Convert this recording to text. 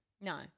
No